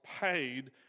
paid